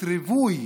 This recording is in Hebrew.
לריבוי